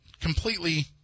completely